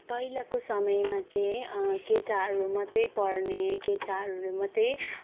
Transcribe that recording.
पहिलाको समयमा चाहिँ केटाहरू मात्रै पढ्ने केटाहरू मात्रै